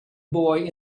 boy